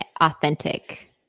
authentic